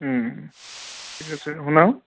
ঠিক আছে শুনা